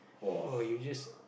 oh you just